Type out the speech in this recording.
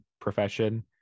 profession